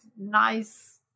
nice